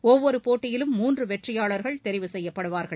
ஒவ்வொரு போட்டியிலும் மூன்று வெற்றியாளர்கள் தெரிவு செய்யப்படுவார்கள்